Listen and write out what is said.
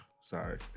sorry